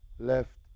left